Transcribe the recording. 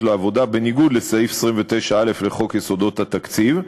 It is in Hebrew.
לעבודה בניגוד לסעיף 29(א) לחוק יסודות התקציב,